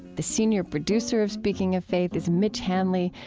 the senior producer of speaking of faith is mitch hanley,